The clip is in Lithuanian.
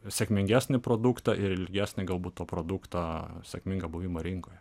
sėkmingesnį produktą ir ilgesnį galbūt to produkto sėkmingą buvimą rinkoje